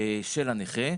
של הנכה,